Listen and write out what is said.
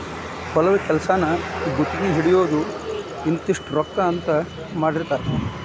ಹೊಲದ ಕೆಲಸಾನ ಗುತಗಿ ಹಿಡಿಯುದು ಇಂತಿಷ್ಟ ರೊಕ್ಕಾ ಅಂತ ಮಾತಾಡಿರತಾರ